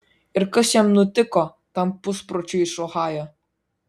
ir kas jam nutiko tam puspročiui iš ohajo